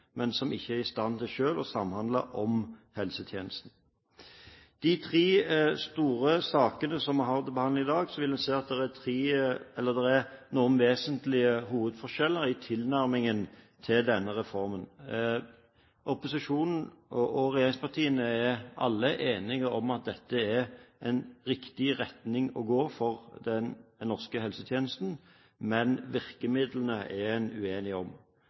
men som ikke er i stand til selv å samhandle om helsetjenesten. I de tre store sakene vi har til behandling i dag, vil en se at det er tre vesentlige hovedforskjeller i tilnærmingen til denne reformen. Opposisjonen og regjeringspartiene er alle enige om at dette er en riktig retning å gå for den norske helsetjenesten, men virkemidlene er en uenige om.